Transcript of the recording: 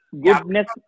goodness